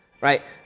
right